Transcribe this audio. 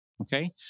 Okay